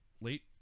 late